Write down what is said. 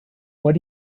what